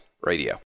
Radio